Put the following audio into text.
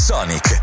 Sonic